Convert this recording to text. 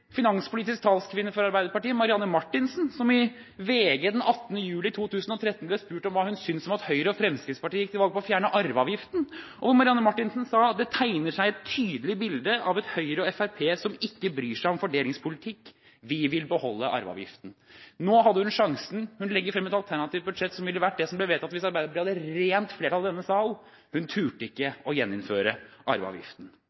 Finanspolitisk talskvinne for Arbeiderpartiet, Marianne Marthinsen, ble i VG den 18. juli 2013 spurt om hva hun syntes om at Høyre og Fremskrittspartiet gikk til valg på å fjerne arveavgiften. Hun sa: «Det avtegner seg et tydelig bilde av at Høyre ikke bryr seg om fordelingspolitikk.» Vi vil beholde arveavgiften, sa hun. Nå hadde hun sjansen. Hun legger frem et alternativt budsjett som ville vært det som ble vedtatt hvis Arbeiderpartiet hadde rent flertall i denne sal. Hun turte